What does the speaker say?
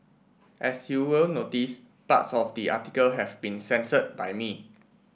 as you will notice parts of the article have been censored by me